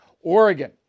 Oregon